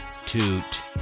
toot